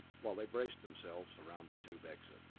while they braced themselves around the tube exit.